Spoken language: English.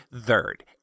third